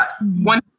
One